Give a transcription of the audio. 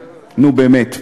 נו, באמת.